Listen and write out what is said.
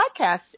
podcast